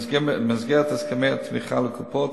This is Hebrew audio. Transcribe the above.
במסגרת הסכמי התמיכה לקופות,